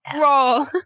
Roll